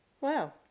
Wow